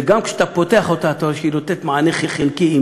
וגם כשאתה פותח אותה אתה רואה שהיא נותנת מענה חלקי,